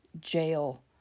jail